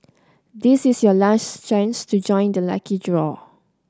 this is your last chance to join the lucky draw